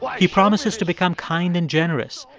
he promises to become kind and generous,